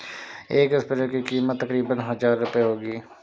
एक स्प्रेयर की कीमत तकरीबन हजार रूपए होगी